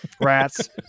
rats